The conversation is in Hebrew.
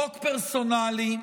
חוק פרסונלי,